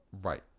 Right